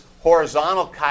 horizontal